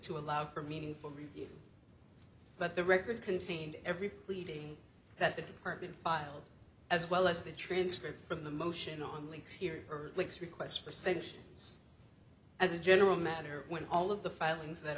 to allow for meaningful review but the record contained every pleading that the department filed as well as the transcript from the motion on leaks here are six requests for sanctions as a general matter when all of the filings that